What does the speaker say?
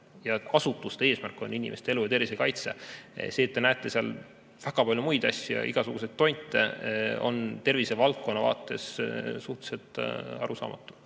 ja asutuste eesmärk on inimeste elu ja tervise kaitse. See, et te näete seal väga palju muid asju ja igasuguseid tonte, on tervisevaldkonna vaates suhteliselt arusaamatu.